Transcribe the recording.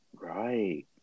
Right